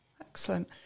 excellent